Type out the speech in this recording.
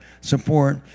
support